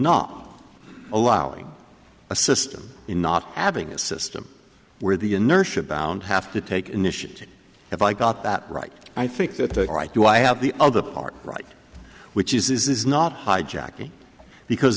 not allowing a system in not having a system where the inertia bound have to take initiative if i got that right i think that the right do i have the other part right which is this is not hijacking because